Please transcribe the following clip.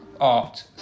art